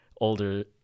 older